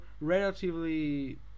relatively